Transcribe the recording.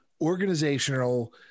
organizational